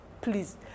Please